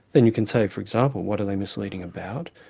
then you can say for example what are they misleading about?